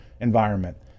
environment